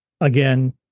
Again